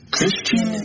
Christian